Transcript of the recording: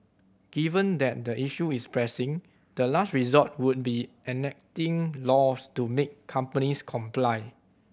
given that the issue is pressing the last resort would be enacting laws to make companies comply